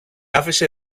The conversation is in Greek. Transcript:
άφησε